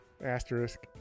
Asterisk